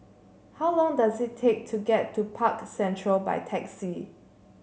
how long does it take to get to Park Central by taxi